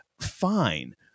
Fine